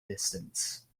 distance